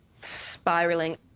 spiraling